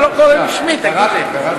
למה אתה לא קורא בשמי, תגיד לי?